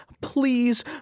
please